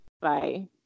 Bye